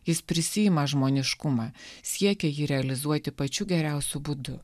jis prisiima žmoniškumą siekia jį realizuoti pačiu geriausiu būdu